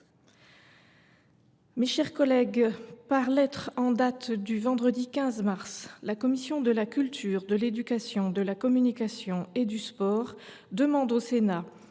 Mes chers collègues, par lettre en date du vendredi 15 mars, la commission de la culture, de l’éducation, de la communication et du sport demande au Sénat,